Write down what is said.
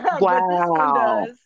Wow